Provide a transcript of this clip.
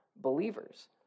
believers